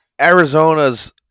Arizona's